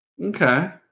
okay